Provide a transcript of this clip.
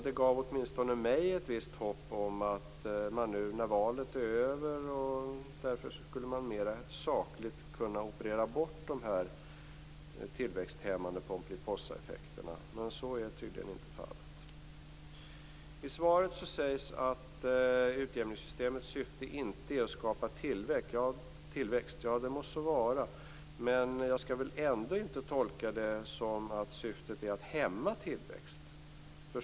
Det gav åtminstone mig ett visst hopp om att man nu, när valet är över, skulle mer sakligt kunna operera bort de tillväxthämmande Pomperipossaeffekterna, men så är tydligen inte fallet. I svaret sägs att utjämningssystemets syfte inte är att skapa tillväxt. Ja, det må så vara, men jag skall väl ändå inte tolka det så att syftet är att hämma tillväxt?